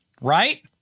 right